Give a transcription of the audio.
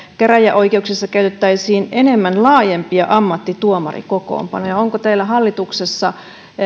käräjäoikeuksissa käytettäisiin enemmän laajempia ammattituomarikokoonpanoja onko teillä hallituksessa